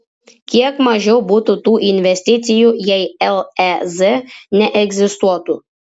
kiek mažiau būtų tų investicijų jei lez neegzistuotų